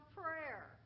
prayer